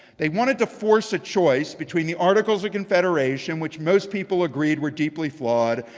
they wanted to force a choice between the articles of confederation, which most people agreed were deeply flawed,